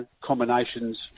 combinations